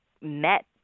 met